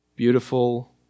Beautiful